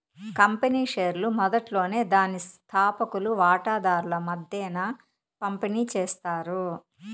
company షేర్లు మొదట్లోనే దాని స్తాపకులు వాటాదార్ల మద్దేన పంపిణీ చేస్తారు